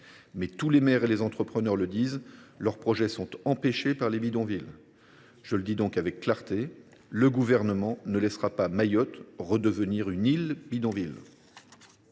Cependant, les maires et les entrepreneurs le disent tous : leurs projets sont empêchés par les bidonvilles. Soyons clairs : le Gouvernement ne laissera pas Mayotte redevenir une île bidonville.